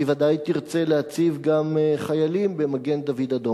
היא ודאי תרצה להציב גם חיילים במגן-דוד-אדום.